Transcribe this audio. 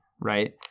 right